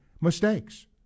mistakes